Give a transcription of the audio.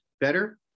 better